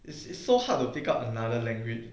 it's it's so hard to pick up another language